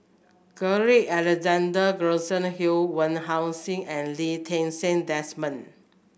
Carl Alexander Gibson Hill Wong Heck Sing and Lee Ti Seng Desmond